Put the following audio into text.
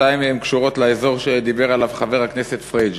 שתיים מהן קשורות לאזור שדיבר עליו חבר הכנסת פריג'.